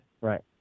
right